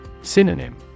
Synonym